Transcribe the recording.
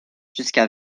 jusque